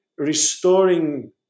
restoring